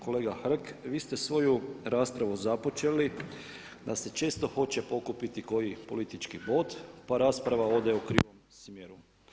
Kolega Hrg, vi ste svoju raspravu započeli da se često hoće pokupiti koji politički bod pa rasprava ode u krivom smjeru.